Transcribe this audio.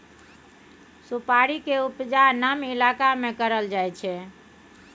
सुपारी के उपजा नम इलाका में करल जाइ छइ